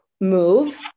move